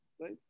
right